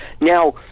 Now